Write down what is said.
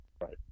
Right